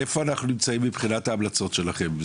איפה אנחנו נמצאים מבחינת ההמלצות שלכם.